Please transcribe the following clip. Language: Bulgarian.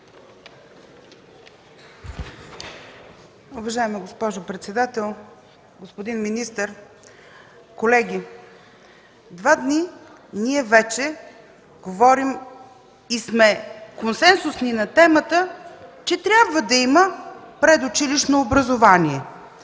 Уважаема госпожо председател, господин министър, колеги! Два дни вече говорим и сме консенсусни на темата, че трябва да има предучилищно образование.